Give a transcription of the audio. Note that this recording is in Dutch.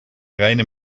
rijden